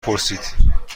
پرسید